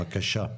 בבקשה.